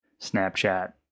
Snapchat